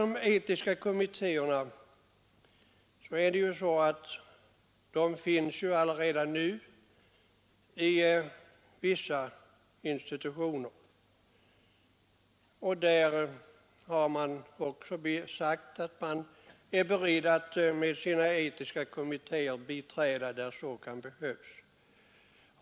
De etiska kommittéerna finns ju allaredan i vissa institutioner, och där har man sagt att man är beredd att med sina etiska kommittéer biträda då så kan behövas.